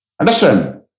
Understand